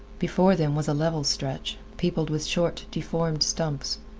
before them was a level stretch, peopled with short, deformed stumps.